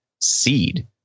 Seed